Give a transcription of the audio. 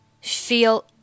feel